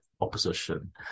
opposition